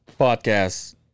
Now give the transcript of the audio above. podcasts